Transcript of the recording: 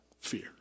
fear